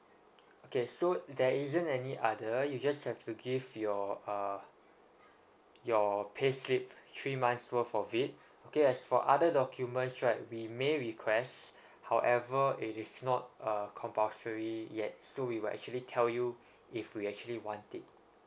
okay so there isn't any other you just have to give your uh your payslip three months worth of it okay as for other documents right we may request however it is not uh compulsory yet so we will actually tell you if we actually want it